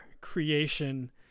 creation